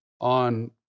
on